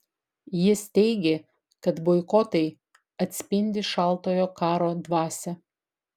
jis teigė kad boikotai atspindi šaltojo karo dvasią